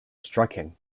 striking